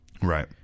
Right